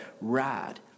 rad